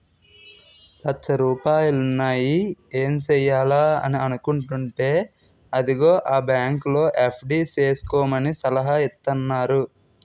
లచ్చ రూపాయలున్నాయి ఏం సెయ్యాలా అని అనుకుంటేంటే అదిగో ఆ బాంకులో ఎఫ్.డి సేసుకోమని సలహా ఇత్తన్నారు